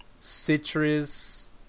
citrus